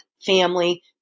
family